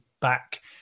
back